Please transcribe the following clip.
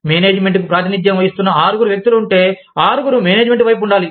మేనేజ్మెంట్కు ప్రాతినిధ్యం వహిస్తున్న ఆరుగురు వ్యక్తులు ఉంటే ఆరుగురు మేనేజ్మెంట్వైపు ఉండాలి